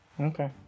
Okay